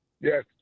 Yes